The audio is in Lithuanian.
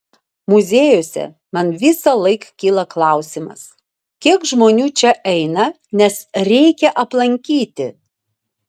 muziejuose man visąlaik kyla klausimas kiek žmonių čia eina nes reikia aplankyti